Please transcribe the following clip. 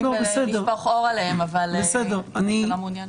ולשפוך אור עליהם אבל אתם לא מעוניינים.